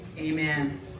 Amen